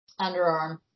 Underarm